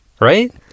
right